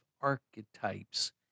archetypes